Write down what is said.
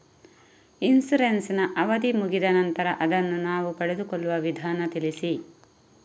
Insurance ನ ಅವಧಿ ಮುಗಿದ ನಂತರ ಅದನ್ನು ನಾವು ಪಡೆದುಕೊಳ್ಳುವ ವಿಧಾನ ತಿಳಿಸಿ?